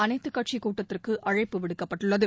அனைத்துக் கட்சிக் கூட்டத்திற்கு அழைப்பு விடுக்கப்பட்டுள்ளது